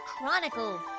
Chronicles